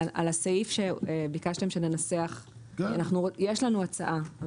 על הסעיף שביקשתם שננסח, יש לנו הצעה.